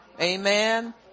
Amen